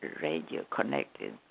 radio-connected